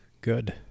Good